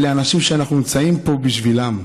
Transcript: אלה האנשים שאנחנו נמצאים פה בשבילם,